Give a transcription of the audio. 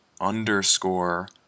underscore